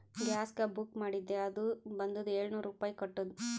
ಗ್ಯಾಸ್ಗ book ಮಾಡಿದ್ದೆ ಅದು ಬಂದುದ ಏಳ್ನೂರ್ ರುಪಾಯಿ ಕಟ್ಟುದ್